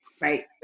Right